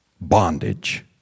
bondage